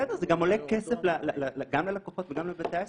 זה עולה כסף גם ללקוחות וגם לבתי העסק